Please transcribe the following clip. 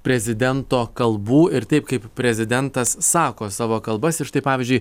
prezidento kalbų ir taip kaip prezidentas sako savo kalbas ir štai pavyzdžiui